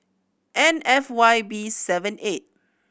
N F Y B seven eight